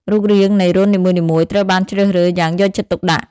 រូបរាងនៃរន្ធនីមួយៗត្រូវបានជ្រើសរើសយ៉ាងយកចិត្តទុកដាក់។